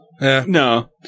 No